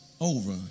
over